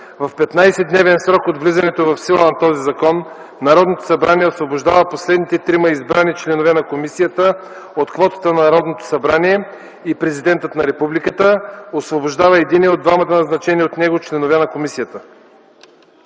В 15-дневен срок от влизането в сила на този закон Народното събрание освобождава последните трима избрани членове на комисията от квотата на Народното събрание и президентът на републиката освобождава единия от двамата назначени от него членове на комисията”.